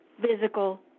physical